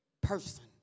person